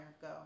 Go